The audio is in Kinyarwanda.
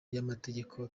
y’amategeko